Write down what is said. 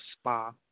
spa